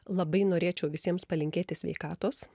labai norėčiau visiems palinkėti sveikatos